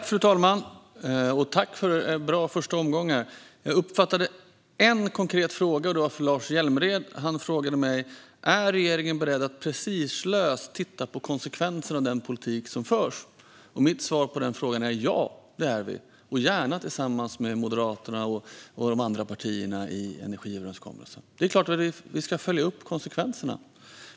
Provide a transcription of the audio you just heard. Fru talman! Tack för en bra första omgång! Jag uppfattade en konkret fråga, och den var från Lars Hjälmered. Han frågade mig: Är regeringen beredd att prestigelöst titta på konsekvensen av den politik som förs? Mitt svar på den frågan är ja, det är vi - gärna tillsammans med Moderaterna och de andra partierna i energiöverenskommelsen. Det är klart att vi ska följa upp konsekvenserna.